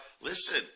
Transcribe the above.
listen